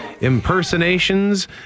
impersonations